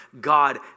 God